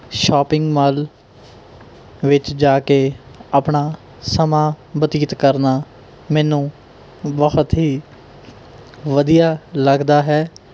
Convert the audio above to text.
shopping mall ਵਿੱਚ ਜਾ ਕੇ ਆਪਣਾ ਸਮਾਂ ਬਤੀਤ ਕਰਨਾ ਮੈਨੂੰ ਬਹੁਤ ਹੀ ਵਧੀਆ ਲੱਗਦਾ ਹੈ